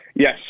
Yes